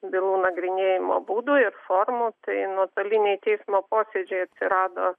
bylų nagrinėjimo būdų ir formų tai nuotoliniai teismo posėdžiai atsirado